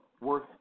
worth